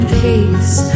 peace